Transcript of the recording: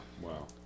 Wow